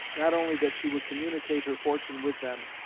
not only that she would communicate her fortune with them,